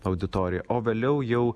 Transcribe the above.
auditorija o vėliau jau